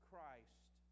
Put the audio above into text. Christ